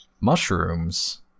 mushrooms